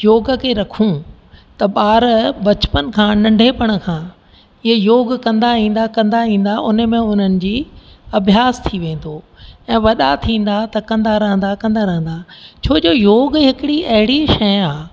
योग खे रखूं त ॿार बचपन खां नंढपण खां हीअं योगु कंदा ईंदा कंदा ईंदा हुन में उन्हनि जी अभ्यास थी वेंदो ऐं वॾा थींदा त कंदा रहंदा कंदा रहंदा छो जो योग हिकिड़ी अहिड़ी शइ आहे